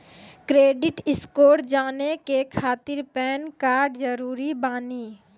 Credit score जाने के खातिर पैन कार्ड जरूरी बानी?